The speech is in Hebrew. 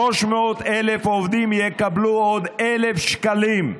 300,000 עובדים יקבלו עוד 1,000 שקלים,